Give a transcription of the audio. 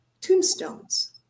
Tombstones